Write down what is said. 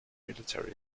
military